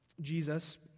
Jesus